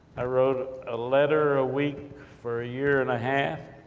i wrote a letter a week, for a year and a half,